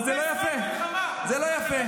אבל זה לא יפה, זה לא יפה.